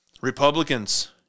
Republicans